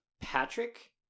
Patrick